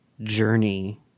journey